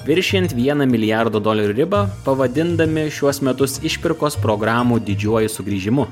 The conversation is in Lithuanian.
viršijant vieną milijardo dolerių ribą pavadindami šiuos metus išpirkos programų didžiuoju sugrįžimu